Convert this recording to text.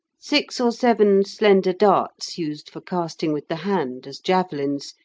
six or seven slender darts used for casting with the hand, as javelins,